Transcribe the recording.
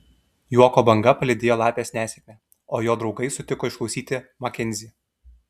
juoko banga palydėjo lapės nesėkmę o jo draugai sutiko išklausyti makenzį